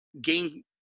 gain